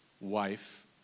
wife